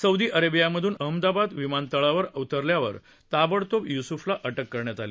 Saudi अरेबियामधून अहमदाबाद विमानतळावर उतरल्यावर ताबडतोब युसुफला अटक करण्यात आली